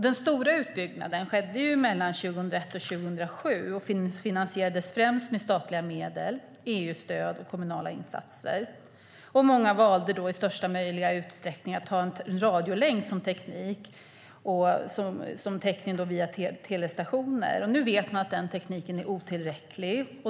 Den stora utbyggnaden skedde mellan 2001 och 2007 och finansierades främst med statliga medel, EU-stöd och kommunala insatser. Många valde för att nå största möjliga täckning att ha en radiolänk till telestationer. Nu vet man att denna teknik är otillräcklig.